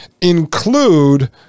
include